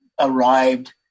arrived